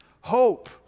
hope